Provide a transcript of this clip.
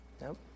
Nope